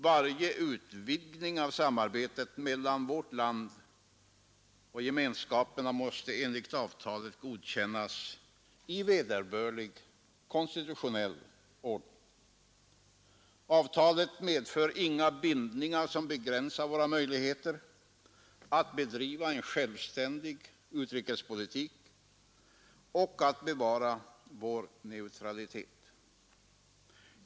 Varje utvidgning av samarbetet mellan vårt land och gemenskaperna måste enligt avtalen godkännas i vederbörlig konstitutionell ordning. Avtalet medför inga bindningar som begränsar våra möjligheter att bedriva en självständig utrikespolitik och att bevara vår neutralitet.